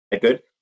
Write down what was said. good